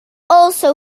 also